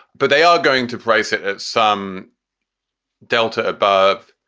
but they are going to price it at some delta above.